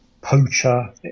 poacher